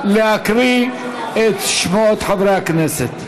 נא להקריא את שמות חברי הכנסת.